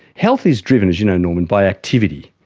health is driven, as you know norman, by activity.